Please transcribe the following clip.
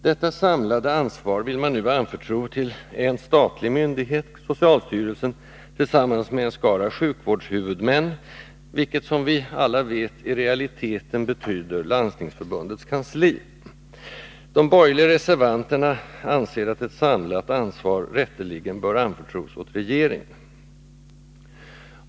Detta ”samlade ansvar” vill man nu anförtro en statlig myndighet, socialstyrelsen, tillsammans med en skara ”sjukvårdshuvudmän”, vilket — som vi alla vet —i realiteten betyder Landstingsförbundets kansli. De borgerliga reservanterna anser att ett ”samlat ansvar” rätteligen bör anförtros åt regeringen.